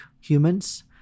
humans